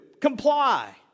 comply